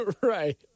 Right